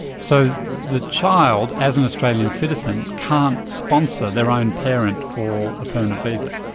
so the child, as an australian citizen, can't sponsor their own parent for a permanent visa?